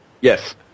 Yes